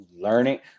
learning